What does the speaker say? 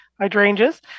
hydrangeas